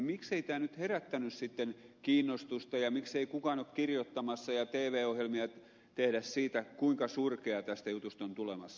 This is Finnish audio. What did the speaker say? miksei tämä nyt herättänyt sitten kiinnostusta ja miksei kukaan ole kirjoittamassa ja tv ohjelmia tehdä siitä kuinka surkea tästä jutusta on tulemassa